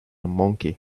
monkey